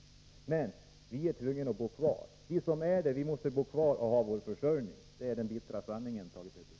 Men vi som bor i Bergslagen måste bo kvar och få vår försörjning där. Det är den bittra sanningen, Thage Peterson.